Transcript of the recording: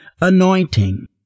anointing